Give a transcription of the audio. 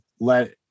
Let